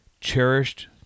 Cherished